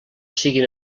siguin